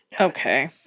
Okay